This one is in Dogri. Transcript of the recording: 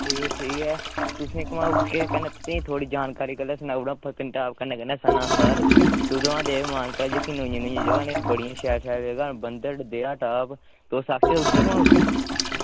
ठीक ऐ ठीक ऐ तुसें घुमाऊड़गे कन्नै तुसेंगी थोह्ड़ी जानकारी कन्नै सनाउड़ां पत्नीटाप कन्नै कन्नै सनासर शुद महादेव मानतलाई जेह्की नामियां नामियां जगह न एह् बड़ियां शैल शैल जगह न बनतड़ देह्रा टाप तुस आखचै उत्थें घुमाऊड़चै